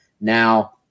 Now